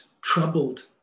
troubled